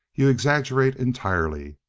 you exaggerate entirely.